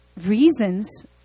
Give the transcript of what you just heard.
reasons